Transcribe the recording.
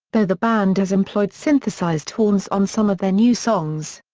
though the band has employed synthesized horns on some of their new songs.